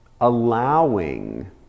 allowing